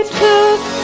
took